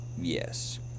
yes